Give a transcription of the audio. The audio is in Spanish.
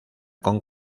con